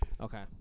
Okay